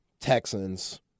Texans